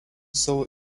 savo